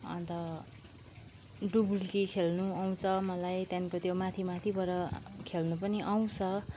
अन्त डुबुल्की खेल्न आउँछ मलाई त्यहाँदेखिको त्योमाथि माथिबबाट खेल्न पनि आउँछ